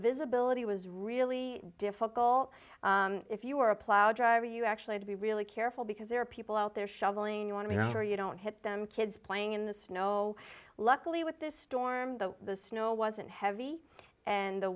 visibility was really difficult if you are a plow driver you actually to be really careful because there are people out there shoveling you want to hear you don't hit them kids playing in the snow luckily with this storm the the snow wasn't heavy and the